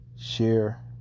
share